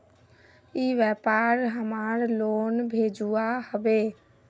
ई व्यापार हमार लोन भेजुआ हभे?